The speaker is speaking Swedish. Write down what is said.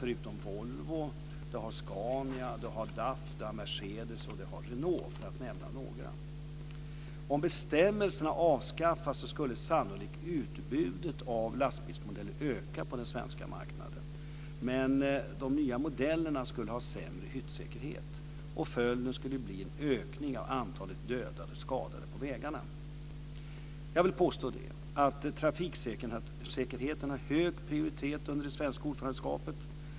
Förutom Volvo har Scania, DAF, Mercedes och Renault det, för att nämna några. Om bestämmelserna avskaffades skulle sannolikt utbudet av lastbilsmodeller öka på den svenska marknaden. Men de nya modellerna skulle ha sämre hyttsäkerhet. Följden skulle bli en ökning av antalet dödade och skadade på vägarna. Jag vill påstå att trafiksäkerheten har hög prioritet under det svenska ordförandeskapet.